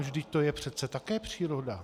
Vždyť to je přece také příroda.